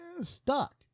stuck